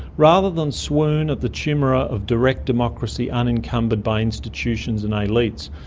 rather than swoon at the chimera of direct democracy unencumbered by institutions and elites,